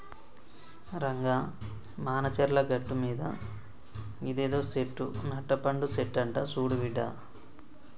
రంగా మానచర్ల గట్టుమీద ఇదేదో సెట్టు నట్టపండు సెట్టంట సూడు బిడ్డా